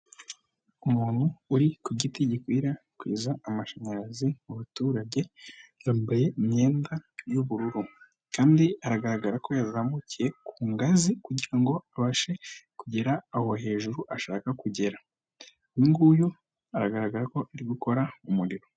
Umuntu uri ku giti gikwirakwiza amashanyarazi mu baturage yambaye imyenda y'ubururu kandi aragaragara ko yazamukiye ku ngazi kugira ngo abashe kugera aho hejuru ashaka kugera. Uyu nguyu agaragara ko ari gukora umuriro.